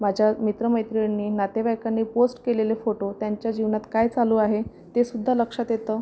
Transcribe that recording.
माझ्या मित्रमैत्रिणींनी नातेवाईकांनी पोस्ट केलेले फोटो त्यांच्या जीवनात काय चालू आहे ते सुद्धा लक्षात येतं